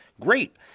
great